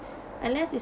unless is